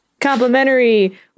Complimentary